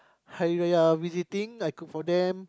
Hari-Raya visiting I cook for them